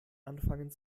anfangen